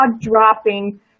dropping